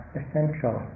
essential